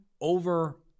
over